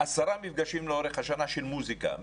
עשרה מפגשים לאורך השנה של מוסיקה.